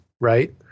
right